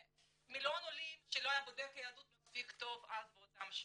ומיליון עולים שלא היה בודק יהדות מספיק טוב אז באותן שנים?